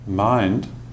Mind